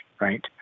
right